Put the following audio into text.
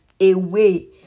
away